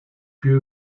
più